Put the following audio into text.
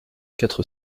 quatre